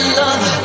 love